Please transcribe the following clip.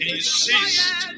Insist